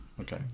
Okay